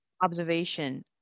observation